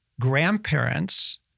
grandparents